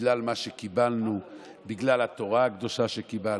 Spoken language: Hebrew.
בגלל מה שקיבלנו, בגלל התורה הקדושה שקיבלנו,